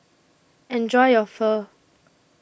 Enjoy your Pho